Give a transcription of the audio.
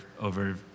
over